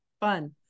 fun